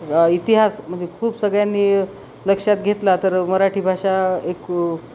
इतिहास म्हणजे खूप सगळ्यांनी लक्षात घेतला तर मराठी भाषा एक